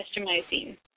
customizing